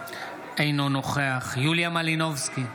אינו נוכח יוליה מלינובסקי,